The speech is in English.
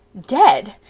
dead!